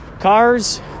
cars